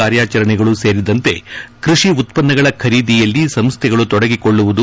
ಕಾರ್ಯಾಚರಣೆಗಳು ಸೇರಿದಂತೆ ಕೃಷಿ ಉತ್ಪನ್ನಗಳ ಖರೀದಿಯಲ್ಲಿ ಸಂಸ್ಟೆಗಳು ತೊಡಗಿಕೊಳ್ಳುವುದು